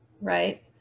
right